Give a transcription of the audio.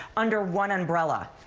under one umbrella.